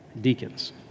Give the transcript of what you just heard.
deacons